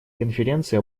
конференции